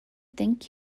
thank